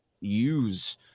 use